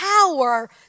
power